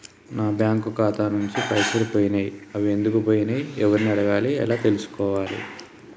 నా బ్యాంకు ఖాతా నుంచి పైసలు పోయినయ్ అవి ఎందుకు పోయినయ్ ఎవరిని అడగాలి ఎలా తెలుసుకోవాలి?